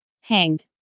Hanged